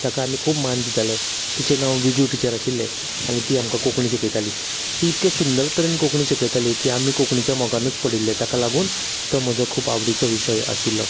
ताका आमी खूब मान दिताले तिचे नांव विजू टिचर आशिल्ले आमी ती आमकां खूब कोंकणी शिकयताली ती इतक्या सुंदर तरेन कोंकणी शिकयताली की आमी कोंकणीच्या मोगानूच पडिल्ले ताका लागून तो म्हजो खूब आवडीचो विशय आशिल्लो